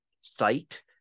site